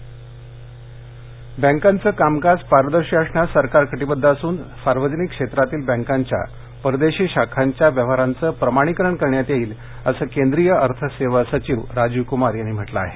bank बॅंकांच कामकाज पारदर्शी असण्यास सरकार कटीबद्ध असून सार्वजनिक क्षेत्रातील बँकांच्या परदेशी शाखांच्या व्यवहारांचं प्रमाणिकरण करण्यात येईल असं केंद्रीय अर्थ सेवा सचिव राजीव कुमार यांनी म्हटलं आहे